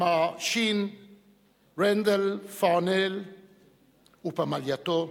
מר שון רנדל פארנל ופמלייתו,